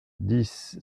dix